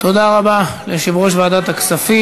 תודה רבה ליושב-ראש ועדת הכספים.